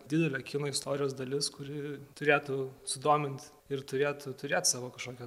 didelė kino istorijos dalis kuri turėtų sudomint ir turėtų turėt savo kažkokią